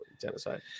genocide